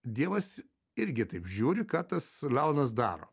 dievas irgi taip žiūri ką tas leonas daro